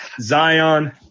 Zion